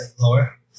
lower